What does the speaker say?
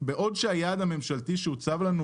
בעוד שהיעד הממשלתי שהוצב לנו,